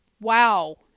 Wow